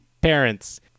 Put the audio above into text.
parents